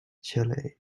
chile